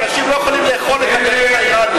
אנשים לא יכולים לאכול את הגרעין האיראני,